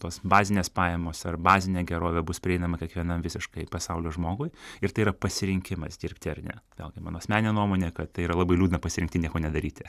tos bazinės pajamos ar bazinė gerovė bus prieinama kiekvienam visiškai pasaulio žmogui ir tai yra pasirinkimas dirbti ar ne vėlgi mano asmeninė nuomonė kad tai yra labai liūdna pasirinkti nieko nedaryti